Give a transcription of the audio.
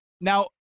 now